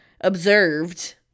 observed